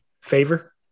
Favor